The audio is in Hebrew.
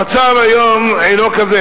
המצב היום אינו כזה,